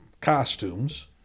costumes